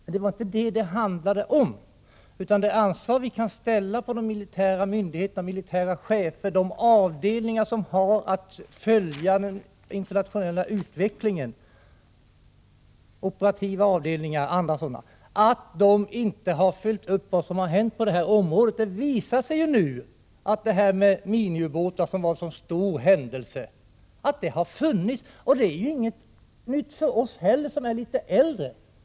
Men det var inte detta det handlade om utan det gällde det ansvar vi kan kräva av de militära myndigheterna och de militära cheferna, av de avdelningar som har att följa den internationella utvecklingen, operativa avdelningar och andra sådana. De har inte följt upp vad som hänt på detta område. Det visar sig ju nu att miniubåtar, som var en sådan stor händelse, har funnits tidigare; det är inte något nytt heller för oss som är något äldre.